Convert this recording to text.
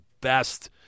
best